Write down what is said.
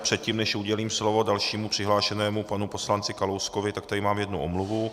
Předtím, než udělím slovo dalšímu přihlášenému panu poslanci Kalouskovi, tak tady mám jednu omluvu.